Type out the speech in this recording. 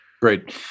Great